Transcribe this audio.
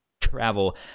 travel